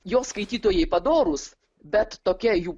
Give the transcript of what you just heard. jo skaitytojai padorūs bet tokia jų